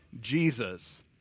Jesus